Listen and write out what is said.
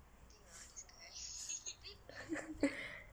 ya